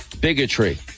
bigotry